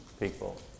people